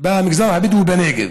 במגזר הבדואי בנגב.